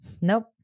nope